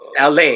LA